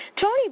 Tony